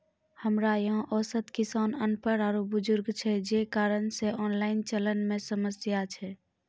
हमरा यहाँ औसत किसान अनपढ़ आरु बुजुर्ग छै जे कारण से ऑनलाइन चलन मे समस्या छै?